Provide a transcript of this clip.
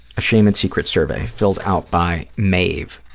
a shame and secrets survey, filled out by mave,